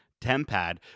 Tempad